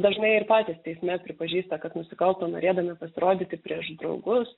dažnai ir patys teisme pripažįsta kad nusikalto norėdami pasirodyti prieš draugus